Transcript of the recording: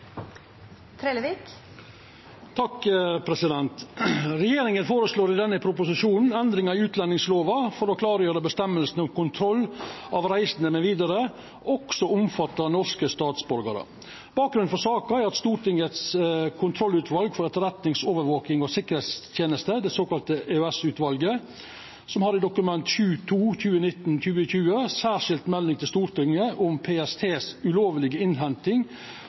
Regjeringa føreslår i denne proposisjonen endringar i utlendingslova for å klargjera at reglane om kontroll av reisande mv. også omfattar norske statsborgarar. Bakgrunnen for saka er at Stortingets kontrollutval for etterretnings-, overvakings- og sikkerheitsteneste, det såkalla EOS-utvalet, i Dokument 7:2 for 2019–2020, Særskilt melding fra Stortingets kontrollutvalg for etterretnings-, overvåkings- og sikkerhetstjeneste om PSTs ulovlige innhenting